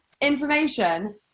information